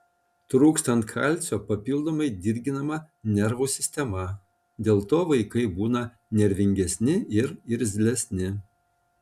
trūkstant kalcio papildomai dirginama nervų sistema dėl to vaikai būna nervingesni ir irzlesni